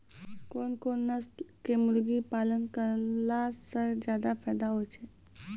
कोन कोन नस्ल के मुर्गी पालन करला से ज्यादा फायदा होय छै?